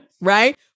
right